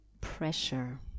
pressure